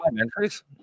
entries